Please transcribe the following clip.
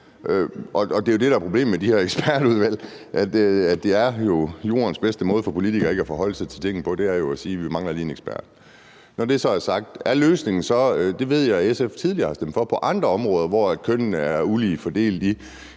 Det er jo det, der er problemet med de her ekspertudvalg, altså at jordens bedste måde for politikere til ikke at forholde sig til tingene er at sige, at man lige mangler en ekspert. Når det er sagt, er vi så simpelt hen ude i, at SF måske går og tænker på – det ved jeg at SF tidligere har stemt for på andre områder, hvor kønnene er ulige fordelt i